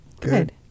good